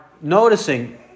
noticing